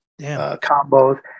combos